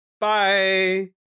Bye